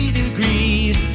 degrees